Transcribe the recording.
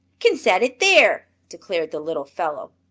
can set it there! declared the little fellow,